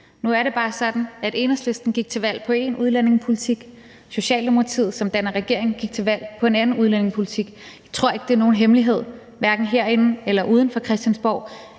Nu er det bare sådan, at Enhedslisten gik til valg på én udlændingepolitik, Socialdemokratiet, som danner regering, gik til valg på en anden udlændingepolitik. Jeg tror ikke, det er nogen hemmelighed, hverken herinde eller uden for Christiansborg,